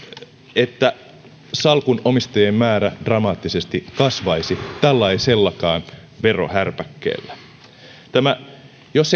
että salkun omistajien määrä dramaattisesti kasvaisi tällaisellakaan verohärpäkkeellä jos